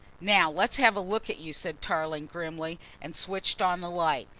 now, let's have a look at you, said tarling grimly and switched on the light.